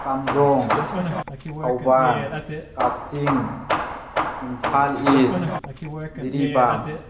ꯀꯥꯝꯖꯣꯡ ꯊꯧꯕꯥꯜ ꯀꯛꯆꯤꯡ ꯏꯝꯐꯥꯜ ꯏꯁ ꯖꯤꯔꯤꯕꯥꯝ